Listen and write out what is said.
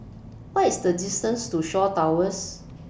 What IS The distance to Shaw Towers